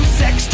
sex